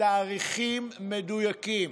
תאריכים מדויקים,